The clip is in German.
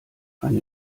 eine